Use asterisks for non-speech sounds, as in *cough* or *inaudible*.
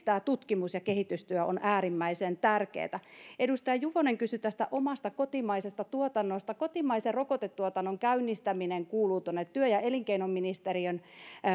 *unintelligible* tämä tutkimus ja kehitystyö on äärimmäisen tärkeätä edustaja juvonen kysyi tästä omasta kotimaisesta tuotannosta kotimaisen rokotetuotannon käynnistäminen kuuluu tuonne työ ja elinkeinoministeriön